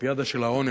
האולימפיאדה של העוני,